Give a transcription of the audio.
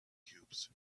cubes